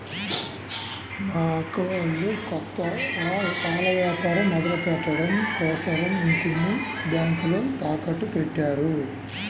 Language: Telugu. మా అక్క వాళ్ళు కొత్తగా పాల వ్యాపారం మొదలుపెట్టడం కోసరం ఇంటిని బ్యేంకులో తాకట్టుపెట్టారు